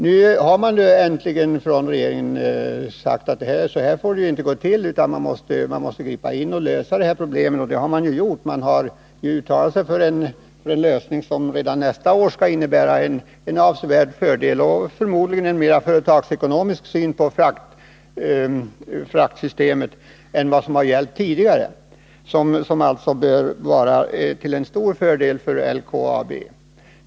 Nu har regeringen äntligen sagt ifrån att det inte får gå till på detta sätt utan att man får lov att försöka lösa problemen. Det har också gjorts. Man har uttalat sig för en lösning som redan nästa år kommer att innebära en avsevärd fördel. Förmodligen blir det också fråga om en mera företagsekonomisk syn på frakterna än tidigare. Det här bör alltså kunna bli till stor fördel för LKAB.